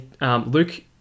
Luke